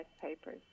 papers